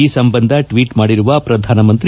ಈ ಸಂಬಂಧ ಟ್ನೇಟ್ ಮಾಡಿರುವ ಪ್ರಧಾನಮಂತ್ರಿ